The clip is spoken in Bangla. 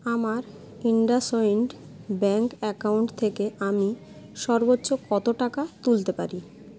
আমার ইণ্ডাসইণ্ড ব্যাঙ্ক অ্যাকাউন্ট থেকে আমি সর্বোচ্চ কত টাকা তুলতে পারি